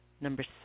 number